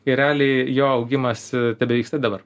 ir realiai jo augimas tebevyksta dabar